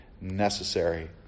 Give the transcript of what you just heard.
necessary